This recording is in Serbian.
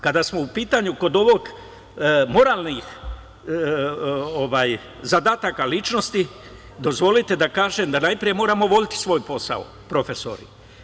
Kada smo u pitanju kod moralnih zadataka ličnosti, dozvolite da kažem da najpre moramo voleti svoj posao, profesori.